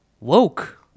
woke